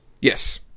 Yes